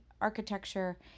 architecture